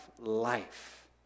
life